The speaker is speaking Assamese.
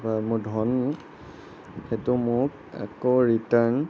বা মোৰ ধন সেইটো মোক আকৌ ৰিটাৰ্ণ